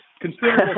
considerable